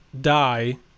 die